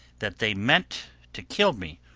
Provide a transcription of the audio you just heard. that they meant to kill me,